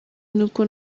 n’uko